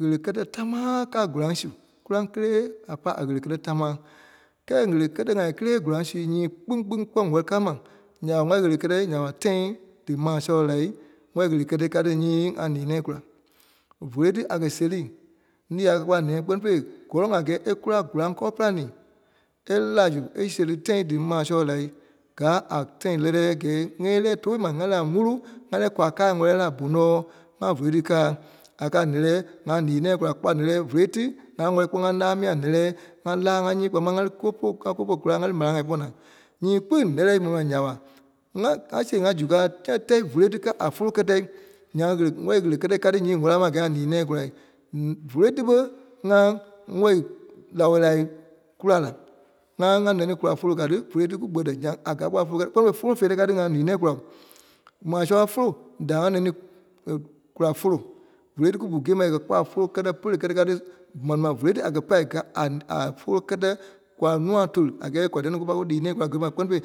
Ɣele kɛ́tɛ támaa kaa kɔraŋ su. Kɔraŋ kélee a pa a ɣele kɛtɛ tamaa. Kɛ́ɛ ɣele kɛ̀tɛ-ŋai kélee Kɔraŋ su nyii kpîŋ-kpîŋ kpɔ́ wɛli kaa ma, nya ɓa ŋ́ɔi ɣele kɛtɛ- nya ɓa tâi dímaa sɔlɔ ɓò la, ŋ́ɔi ɣele kɛ̀tɛ kaa tí nyii ŋá lii-nɛ̃ɛ kula. Vòlo tí a kɛ̀ sére, lii a kɛ̀ kpɔ́ a nɛ̃ɛ kpɛ́ni fêi gɔlɔŋ a kɛɛ a kula Gɔraŋ kɔ́ɔ-pîlanii a li la zu a sere tâi dímaa sɔlɔ ɓɔ̀ la, káa a tâi lɛ́lɛɛ kɛɛ ŋɛ́i a lɛɛ tòo ma a lɛ́ɛ a fulu, ŋá lɛɛ kwa káa, ŋɔ lɔ̀ a lɛɛ a poŋɔɔ, ŋá vòlo tí káa. A kɛ̀ a nɛ̀lɛɛi, ŋá lii-nɛ̃ɛ kula kpɔ́ a nɛ̀lɛɛ vòlo tí ŋá wɛlii kpɔ́ ŋa ǹá mii nɛ̀lɛɛ ŋa laa ŋa nyîi kpaa máŋ a li ko polu- ko polu kula ŋá li marâai-ŋai pɔ́ naa. Nyii Kpîŋ nɛ́lɛɛ mɛni ma nya ɓa ŋá- ŋá seɣe ŋa su káa tɛ tɛ vólo tí kaa a vòlo kɛ̀tɛ nyaŋ ɣele ŋ́ɔi ɣele kɛ́tɛ ka tí nyi wɛli a ma ŋá wɛlii ŋa lii-nɛ̃ɛ kula. Vólo tí ɓe ŋà ŋ́ɔi nao-laa kula la. ŋá ŋa neni kula fòlo ka tí vòlo tí kùkpɛtɛ nyaŋ a kɛ̀ kpa fòlo kpɛ́ni fêi fólo feerɛ ka tí ŋa lii-nɛ̃ɛ kula. Maa sɔlɔ fòlo da ŋa neni a kula fòlo. Vòlo tí ku bù gîe ma a kɛ̀ kpɔ́ a fólo pɛ́lɛ kɛ́tɛ ka tí. Mɛni ma vòlo tí a kɛ̀ pai káa a- a fólo kɛ́tɛ kwa núa tóli a kɛ́ɛ kwa dîa-ni kù pa lii-nɛ̃ɛ kula gîe ma kpɛ́ni fêi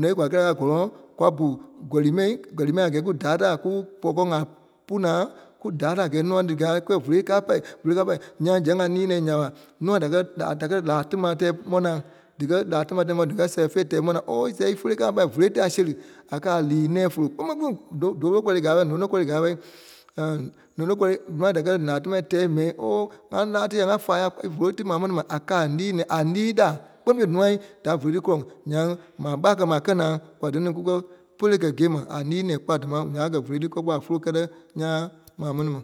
nɔii kwaa kélee a kɛ̀ a gɔ́lɔŋ kwa bu gɔlii mai- gɔli mai a kɛ́ɛ ku da daa ku ɓɔkɔŋ-ŋai pu naa ku da daa a kɛ́ɛ núa dikaa kùyɛɛ fólo káa pai fólo káa pai nyaŋ sɛŋ a lii-nɛ̃ɛ nya ɓa nua da kɛ̀- da kɛ̀ láa tí ma tɛ́ɛ ɓɔ̀ naa díkɛ láa ti ma díkɛ seɣe-fêi tɛ́ɛ ɓɔ̀ naa oooo íseɣe ífólo káa pai. Vòlo tí a sere a kɛ̀ a lii-nɛ̃ɛ fòlo kpɛŋ kpɛŋ kpîŋ do- dóli gɔli káa ɓɛi lóno gɔli káa ɓɛi lóno gɔli- núa da kɛ láa tí ma tɛ́ɛ mai ooo ŋa la tí ya ŋa fãa ya kolo ti ma mɛni ma a kɛ̀ a lii-nɛ̃ɛ- a lii láa kpɛ́ni fêi nua da fólo ti kɔlɔŋ nyaŋ maa kpaa kula maa a kɛ̀ naa kwa dia kùkɛ pɛ́lɛ kɛ̀ gîe ma a lii-nɛ̃ɛ kpɔ́ a damaa nya a kɛ fólo ti kɛ kpɔ a fòlo kɛ́tɛ ǹyaa maa mɛni ma.